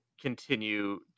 continue